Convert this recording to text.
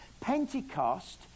Pentecost